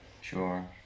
Sure